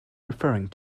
referring